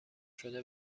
شده